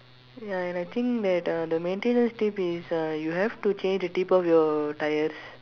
ya and I think that uh the maintenance tip is uh you have to change the tip of your tyres